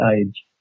age